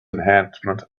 enhancement